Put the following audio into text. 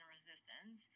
resistance